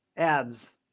ads